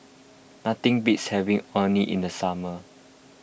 nothing beats having Orh Nee in the summer